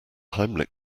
heimlich